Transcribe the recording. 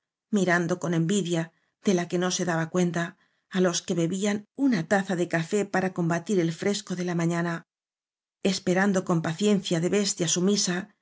mirando con envidia de la que no se daba cuenta á los que bebían una taza de café para combatir el fresco de la mañana esperando con paciencia de bestia sumisa